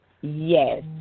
Yes